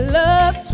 love